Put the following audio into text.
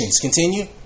Continue